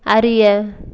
அறிய